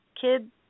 kid